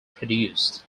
produced